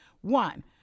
One